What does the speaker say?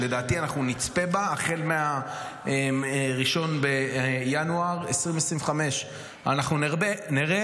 שלדעתי נצפה בה מ-1 בינואר 2025. אנחנו נראה